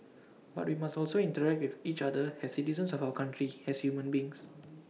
but we must also interact with each other as citizens of our country as human beings